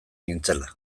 nintzela